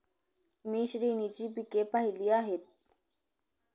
मी श्रेणीची पिके पाहिली आहेत